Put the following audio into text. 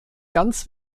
ganz